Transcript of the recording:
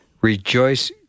Rejoice